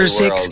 six